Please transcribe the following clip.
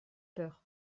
peur